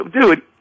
Dude